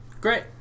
Great